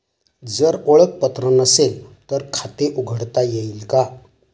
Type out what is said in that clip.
जर ओळखपत्र नसेल तर खाते उघडता येईल का?